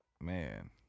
man